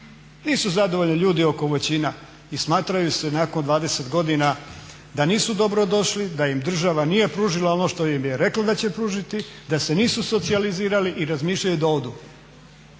nisu zadovoljni ljudi oko Voćina i smatraju se nakon 20 godina da nisu dobro došli, da im država nije pružila ono što im je rekla da će pružiti, da se nisu socijalizirali i razmišljaju da odu.